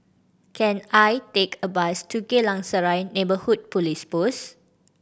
can I take a bus to Geylang Serai Neighbourhood Police Post